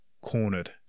cornered